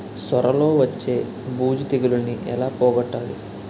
సొర లో వచ్చే బూజు తెగులని ఏల పోగొట్టాలి?